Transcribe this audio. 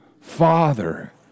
father